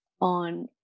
on